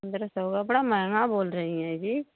ये तो कपड़ा महंगा बोल रही हैं जी